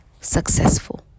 successful